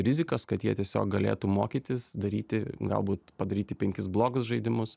rizikas kad jie tiesiog galėtų mokytis daryti galbūt padaryti penkis blogus žaidimus